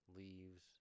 leaves